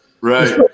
Right